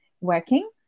working